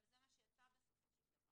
אבל זה מה שיצא בסופו של דבר.